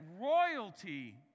royalty